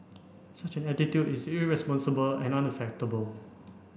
such an attitude is irresponsible and unacceptable